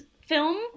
film